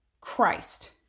Christ